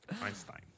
Einstein